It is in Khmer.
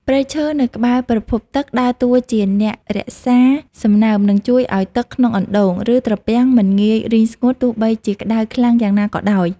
ព្រៃឈើនៅក្បែរប្រភពទឹកដើរតួជាអ្នករក្សាសំណើម និងជួយឱ្យទឹកក្នុងអណ្តូង ឬត្រពាំងមិនងាយរីងស្ងួតទោះបីជាក្តៅខ្លាំងយ៉ាងណាក៏ដោយ។